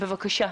בבקשה.